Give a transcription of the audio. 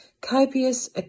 Copious